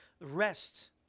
rest